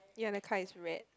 ya the car is red